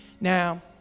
Now